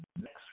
next